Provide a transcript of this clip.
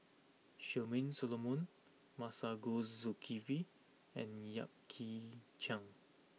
Charmaine Solomon Masagos Zulkifli and Yap Ee Chian